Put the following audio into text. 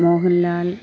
Mohanlal